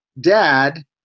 dad